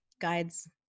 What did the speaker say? guides